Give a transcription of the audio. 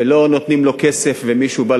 ולא נותנים לו כסף ומישהו בא,